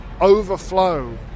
overflow